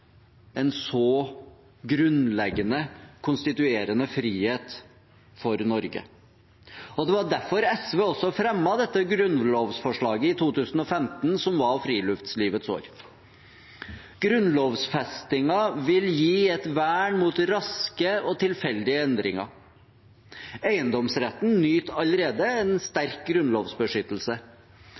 en så grunnleggende konstituerende frihet for Norge. Det var derfor SV også fremmet dette grunnlovsforslaget i 2015, som var Friluftslivets år. Grunnlovfestingen vil gi et vern mot raske og tilfeldige endringer. Eiendomsretten nyter allerede en sterk grunnlovsbeskyttelse